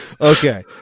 okay